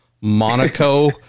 Monaco